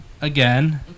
again